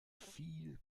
viel